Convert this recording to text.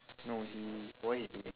no he what he doing